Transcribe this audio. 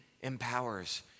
empowers